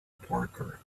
parker